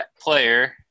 player